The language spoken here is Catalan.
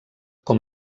com